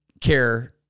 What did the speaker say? care